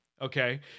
Okay